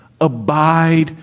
abide